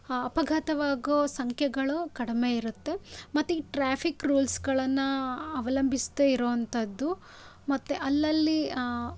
ಅಪಘಾತವಾಗೋ ಸಂಖ್ಯೆಗಳು ಕಡಿಮೆ ಇರುತ್ತೆ ಮತ್ತು ಈ ಟ್ರಾಫಿಕ್ ರೂಲ್ಸ್ಗಳನ್ನು ಅವಲಂಬಿಸದೆ ಇರೋ ಅಂಥದ್ದು ಮತ್ತು ಅಲ್ಲಲ್ಲಿ